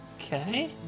Okay